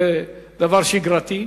זה דבר שגרתי.